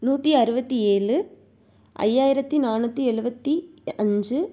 நூற்றி அறுபத்தி ஏழு ஐயாயிரத்து நானூற்றி எழுபத்து அஞ்சு